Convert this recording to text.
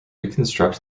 reconstruct